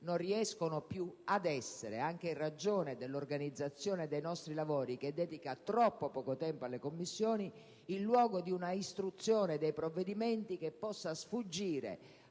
non riescono più ad essere, anche in ragione dell'organizzazione dei lavori che dedica troppo poco tempo alle stesse, il luogo di un'istruzione dei provvedimenti che possa sfuggire